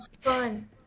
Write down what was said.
fun